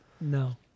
No